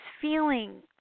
feeling